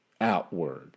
outward